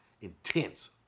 intense